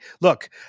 look